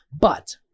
But-